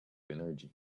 energy